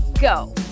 go